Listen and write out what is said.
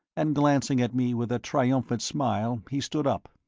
and glancing at me with a triumphant smile, he stood up.